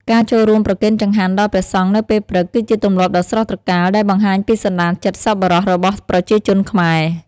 ការចូលរួមប្រគេនចង្ហាន់ដល់ព្រះសង្ឃនៅពេលព្រឹក គឺជាទម្លាប់ដ៏ស្រស់ត្រកាលដែលបង្ហាញពីសន្តានចិត្តសប្បុរសរបស់ប្រជាជនខ្មែរ។